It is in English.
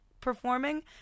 performing